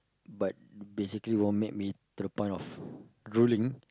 but basically won't make me to a point of drooling